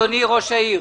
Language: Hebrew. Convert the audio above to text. אדוני ראש העיר?